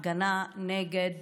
הפגנה נגד